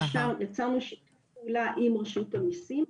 ישר יצרנו עם רשות המיסים,